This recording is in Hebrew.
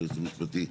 היועץ המשפטי?